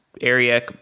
area